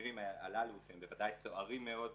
המקרים הללו שהם בוודאי סוערים מאוד,